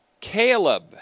Caleb